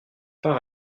par